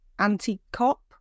Anti-cop